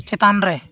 ᱪᱮᱛᱟᱱᱨᱮ